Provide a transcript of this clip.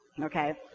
Okay